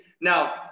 Now